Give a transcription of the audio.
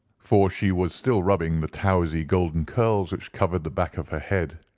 for she was still rubbing the towsy golden curls which covered the back of her head.